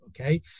okay